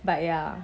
but ya